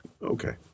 Okay